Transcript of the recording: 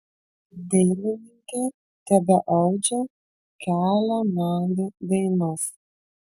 dailininkė tebeaudžia kelią medį dainas